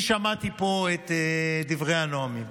אני שמעתי פה את דברי הנואמים,